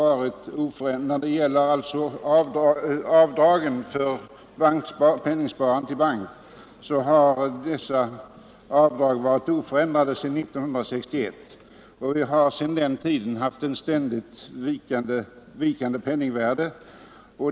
Avdragen för penningsparande i bank har varit oförändrade sedan 1961. Vi har sedan dess haft ett ständigt vikande penningvärde.